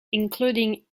including